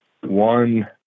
one